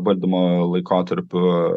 valdymo laikotarpiu